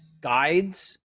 guides